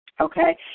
Okay